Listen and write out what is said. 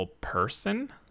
person